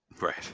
Right